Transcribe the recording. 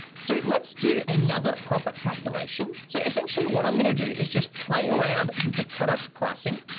so let's do another profit calculation, so essentially what i'm gonna do is just play around with the product pricing.